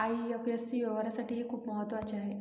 IFSC व्यवहारासाठी हे खूप महत्वाचे आहे